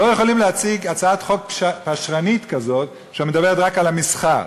לא יכולים להציג הצעת חוק פשרנית כזאת שמדברת רק על המסחר.